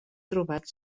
trobat